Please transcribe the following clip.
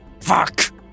Fuck